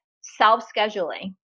self-scheduling